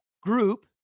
group